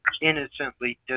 innocently